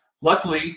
Luckily